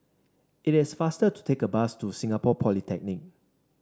it is faster to take a bus to Singapore Polytechnic